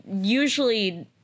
usually